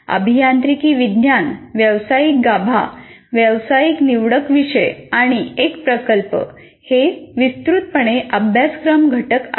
अभियांत्रिकी विज्ञान व्यावसायिक गाभा व्यावसायिक निवडक विषय आणि एक प्रकल्प हे विस्तृतपणे अभ्यासक्रम घटक आहेत